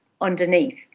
underneath